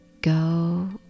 Go